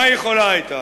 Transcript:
מה יכולה היתה,